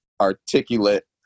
articulate